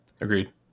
agreed